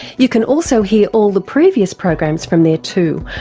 you can also hear all the previous programs from there too,